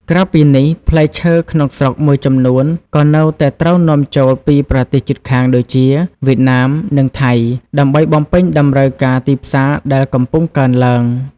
ក្រៅពីនេះ ផ្លែឈើក្នុងស្រុកមួយចំនួនក៏នៅតែត្រូវនាំចូលពីប្រទេសជិតខាងដូចជា វៀតណាម និងថៃ ដើម្បីបំពេញតម្រូវការទីផ្សារដែលកំពុងកើនឡើង។